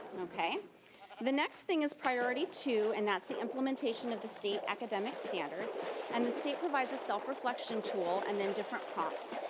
the next thing is priority two, and that's the implementation of the state academic standards and the state provides a self reflection tool and then different prompts.